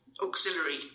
auxiliary